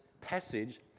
passage